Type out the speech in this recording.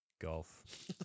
golf